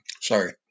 Sorry